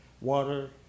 water